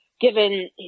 given